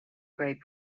great